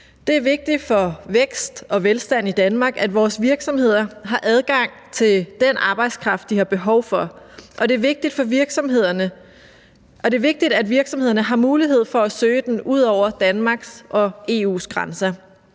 Det er vigtigt for vækst og velstand i Danmark, at vores virksomheder har adgang til den arbejdskraft, de har behov for, og det er vigtigt, at virksomhederne har mulighed for at søge den ud over Danmarks og EU's grænser.